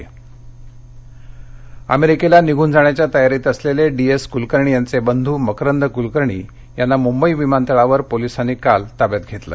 D S K यांच्या भावाला अटक अमेरिकेला निघून जाण्याच्या तयारीत असलेले डी एस कुलकर्णी यांचे बंधू मकरंद कुलकर्णी यांना मुंबई विमानतळावर पोलिसांनी काल ताब्यात घेतलं